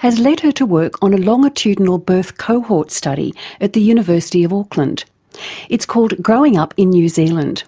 has led her to work on a longitudinal birth cohort study at the university of auckland it's called growing up in new zealand.